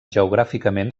geogràficament